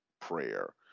prayer